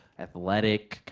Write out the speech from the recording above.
athletic,